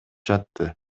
жатты